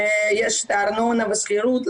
שיש את הארנונה והשכירות.